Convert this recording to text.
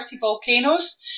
volcanoes